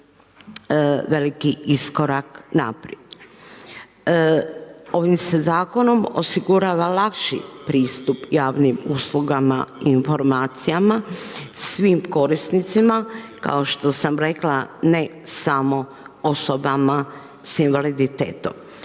veliki iskorak naprijed. Ovim se zakonom osigurava lakši pristup javnim uslugama i informacijama, svim korisnicima, kao što sam rekla ne samo osobama sa invaliditetom.